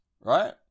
right